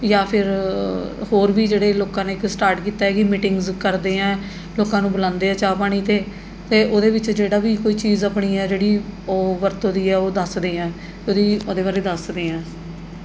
ਜਾਂ ਫਿਰ ਹੋਰ ਵੀ ਜਿਹੜੇ ਲੋਕਾਂ ਨੇ ਇੱਕ ਸਟਾਰਟ ਕੀਤਾ ਕਿ ਮੀਟਿੰਗਜ਼ ਕਰਦੇ ਹੈ ਲੋਕਾਂ ਨੂੰ ਬੁਲਾਉਂਦੇ ਆ ਚਾਹ ਪਾਣੀ 'ਤੇ ਅਤੇ ਉਹਦੇ ਵਿੱਚ ਜਿਹੜਾ ਵੀ ਕੋਈ ਚੀਜ਼ ਆਪਣੀ ਹੈ ਜਿਹੜੀ ਉਹ ਵਰਤੋਂ ਦੀ ਹੈ ਉਹ ਦੱਸਦੇ ਹੈ ਉਹਦੀ ਉਹਦੇ ਬਾਰੇ ਦੱਸਦੇ ਹੈ